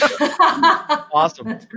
Awesome